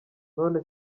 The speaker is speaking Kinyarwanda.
none